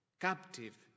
captive